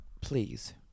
please